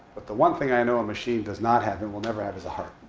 but the one thing. i know a machine does not have and will never have is a heart,